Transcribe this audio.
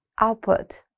Output